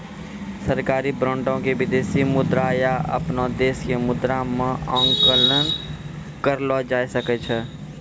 सरकारी बांडो के विदेशी मुद्रा या अपनो देशो के मुद्रा मे आंकलन करलो जाय सकै छै